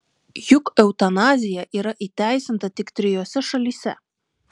juk eutanazija yra įteisinta tik trijose šalyse